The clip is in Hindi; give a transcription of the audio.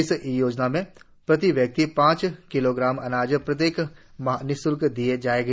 इस योजना में प्रति व्यक्ति पांच किलोग्राम अनाज प्रत्येक माह निश्ल्क दिया जाएगा